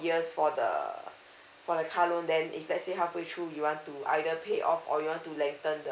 years for the for the car loan then if let's say halfway through you want to either pay off or you want to lengthen the